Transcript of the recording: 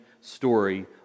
story